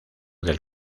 del